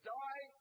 die